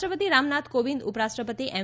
રાષ્ટ્રપતિ રામનાથ કોવિંદ ઉપરાષ્ટ્રપતિ એમ